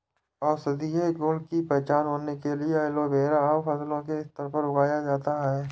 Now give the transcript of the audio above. औषधीय गुण की पहचान होने से एलोवेरा अब फसलों के स्तर पर उगाया जाता है